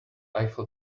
eiffel